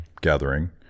gathering